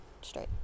Straight